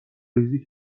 ریزی